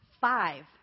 Five